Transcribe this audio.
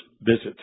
visit